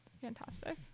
fantastic